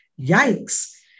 yikes